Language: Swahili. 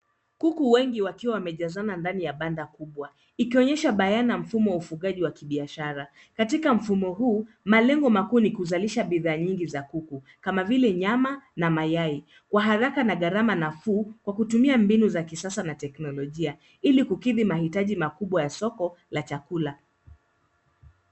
Kuku wengi wakiwa wamejazana ndani ya banda kubwa ikonyesha bayana mfumo wa ufugaji wa kibiashara. Katika mfumo huu, malengo makuu ni kuzalisha bidhaa nyingi za kuku kama vile nyama na mayai, kwa haraka na ghalama nafuu kwa kutumia mbinu za kisasa na za kiteknolojia, ili kukidhi mahitaji makubwa ya soko la chakula.